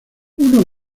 uno